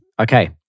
okay